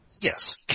Yes